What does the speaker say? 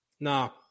No